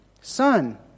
Son